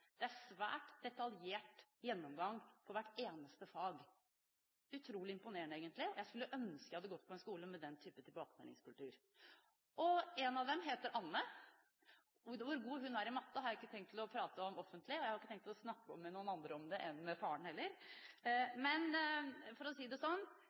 Det var en svært detaljert gjennomgang for hvert eneste fag – utrolig imponerende egentlig. Jeg skulle ønske at jeg hadde gått på en skole med den type tilbakemeldingskultur. Ett av barna heter Anne. Hvor god hun er i matte, har jeg ikke tenkt å prate om offentlig, og jeg har heller ikke tenkt å snakke med noen andre om det enn med faren. Men for å si det